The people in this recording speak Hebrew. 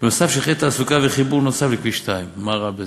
ונוסף על כך שטחי תעסוקה וחיבור נוסף לכביש 2. מה רע בזה?